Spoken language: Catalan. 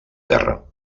terra